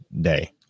day